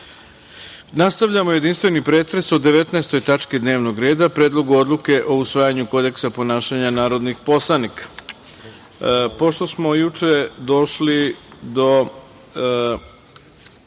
Košćal. Nastavljamo jedinstveni pretres o 19. tački dnevnog reda – Predlog odluke o usvajanju kodeksa ponašanja narodnih poslanika. Pošto